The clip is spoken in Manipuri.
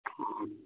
ꯎꯝ